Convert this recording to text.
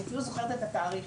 אני אפילו זוכרת את התאריך,